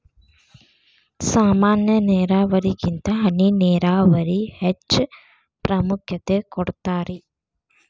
ಸಾಮಾನ್ಯ ನೇರಾವರಿಗಿಂತ ಹನಿ ನೇರಾವರಿಗೆ ಹೆಚ್ಚ ಪ್ರಾಮುಖ್ಯತೆ ಕೊಡ್ತಾರಿ